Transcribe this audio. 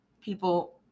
people